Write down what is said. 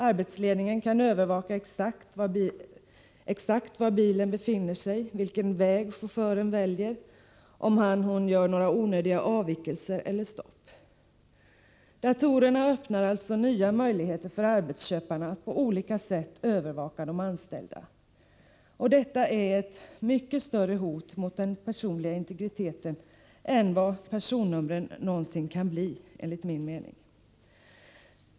Arbetsledningen kan övervaka exakt var bilen befinner sig, vilken väg chauffören väljer och om hon eller han gör några onödiga avvikelser eller stopp. Datorerna öppnar alltså nya möjligheter för arbetsköparna att på olika sätt övervaka de anställda. Detta är ett mycket större hot mot den personliga integriteten än vad personnumren någonsin kan bli.